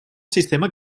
sistema